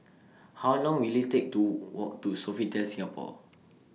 How Long Will IT Take to Walk to Sofitel Singapore